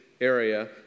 area